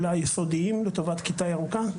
וליסודיים לטובת כיתה ירוקה.